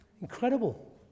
incredible